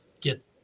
get